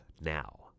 Now